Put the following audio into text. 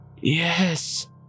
Yes